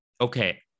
okay